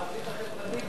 אדוני היושב-ראש,